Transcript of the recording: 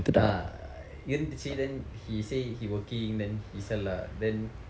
ah இருந்தது:irunthathu then he say he working then he sell lah then